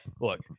Look